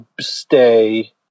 stay